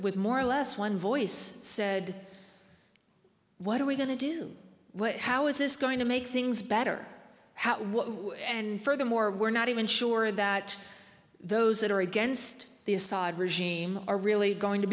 with more or less one voice said what are we going to do what how is this going to make things better and furthermore we're not even sure that those that are against the assad regime are really going to